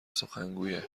سخنگویه